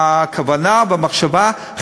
הכוונה והמחשבה,